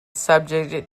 subjected